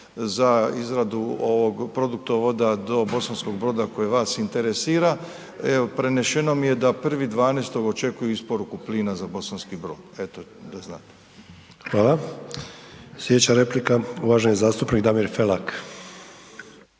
za izradu ovog produktovoda do Bosanskog Broda koji vas interesira, evo, preneseno mi je da 1.12. očekuju isporuku plina za Bosanski Brod, eto da znate. **Sanader, Ante (HDZ)** Hvala. Slijedeća replika uvaženi zastupnik Damir Felak.